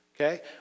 Okay